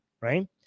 right